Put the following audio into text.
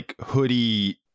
hoodie